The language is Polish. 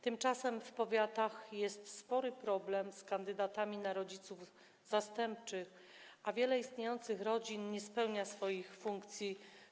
Tymczasem w powiatach jest spory problem z kandydatami na rodziców zastępczych, a wiele istniejących rodzin nie spełnia należycie swoich funkcji.